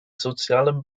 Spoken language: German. sozialen